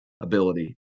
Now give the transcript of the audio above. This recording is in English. ability